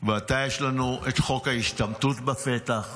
ועתה יש לנו את חוק ההשתמטות בפתח.